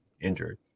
injured